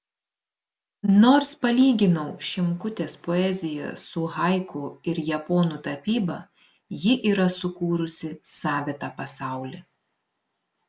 nors palyginau šimkutės poeziją su haiku ir japonų tapyba ji yra sukūrusi savitą pasaulį